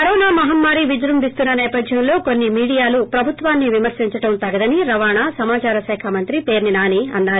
corona మహమ్మారి విజృంభిస్తున్న నేపథ్యంలో కొన్ని మీడియాలు ప్రభుత్వాన్ని విమర్శించడం తగదని రవాణా సమాచార శాఖ మంత్రి పేర్సి నాని అన్నారు